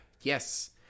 Yes